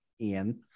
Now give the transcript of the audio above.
Ian